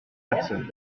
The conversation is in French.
personnes